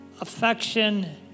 Affection